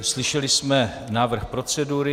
Slyšeli jsme návrh procedury.